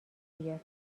بیاد